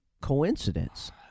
coincidence